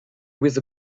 with